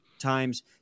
times